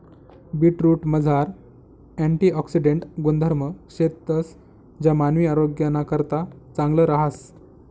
बीटरूटमझार अँटिऑक्सिडेंट गुणधर्म शेतंस ज्या मानवी आरोग्यनाकरता चांगलं रहास